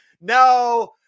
No